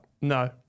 No